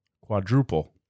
quadruple